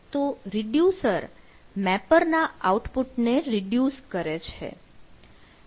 તો રિડ્યુસર મેપરના output ને રિડ્યુસ કરે છે